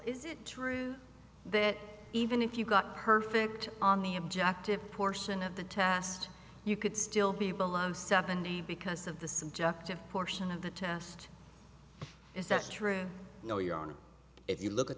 is it true that even if you got perfect on the objective portion of the tast you could still be below seventy because of the subjective portion of the test is that's true no your honor if you look at